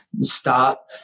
Stop